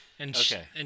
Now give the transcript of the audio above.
Okay